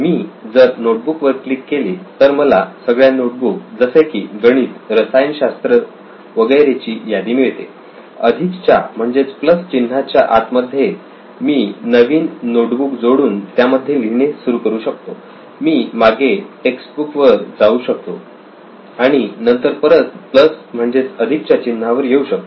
मी जर नोटबुक वर क्लिक केले तर मला सगळ्या नोटबुक जसे की गणित रसायनशास्त्र वगैरे ची यादी मिळते अधिक च्या म्हणजेच प्लस चिन्हाच्या आत मध्ये मी नवीन नोट बुक जोडून त्यामध्ये लिहिणे सुरू करू शकतो मी मागे टेक्स्ट बुक वर जाऊ शकतो आणि नंतर परत प्लस म्हणजेच अधिक च्या चिन्हावर येऊ शकतो